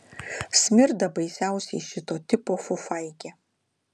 smirda baisiausiai šito tipo fufaikė